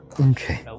Okay